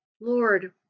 Lord